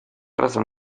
razón